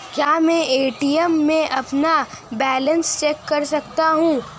क्या मैं ए.टी.एम में अपना बैलेंस चेक कर सकता हूँ?